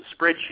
spreadsheet